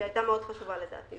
שהייתה מאוד חשובה לדעתי.